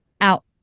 out